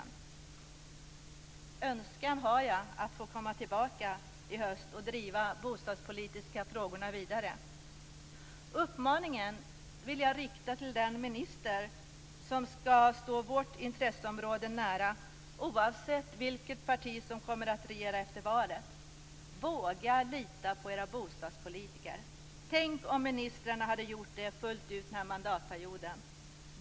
Min önskan är att få komma tillbaka i höst och driva de bostadspolitiska frågorna vidare. Uppmaningen vill jag rikta till den minister som skall stå vårt intresseområde nära, oavsett vilket parti som kommer att regera efter valet: Våga lita på era bostadspolitiker! Tänk om ministrarna hade gjort det fullt ut den här mandatperioden.